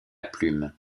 plume